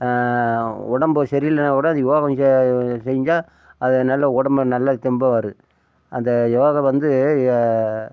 உடம்பு சரியில்லன்னால் கூட அது யோகா செஞ்சால் அது நல்ல உடம்பு நல்ல தெம்பாக வரும் அந்த யோகா வந்து ய